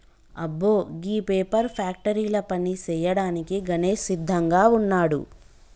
అబ్బో గీ పేపర్ ఫ్యాక్టరీల పని సేయ్యాడానికి గణేష్ సిద్దంగా వున్నాడు